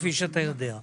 כפי שאתה יודע.